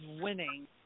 winning